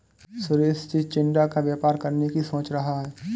सुरेश चिचिण्डा का व्यापार करने की सोच रहा है